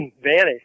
vanished